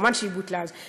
כמובן, היא בוטלה מאז.